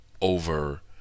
over